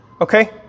Okay